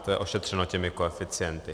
To je ošetřeno těmi koeficienty.